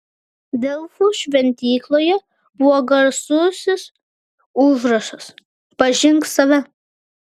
delfų šventykloje buvo garsusis užrašas pažink save